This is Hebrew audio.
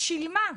שילמה.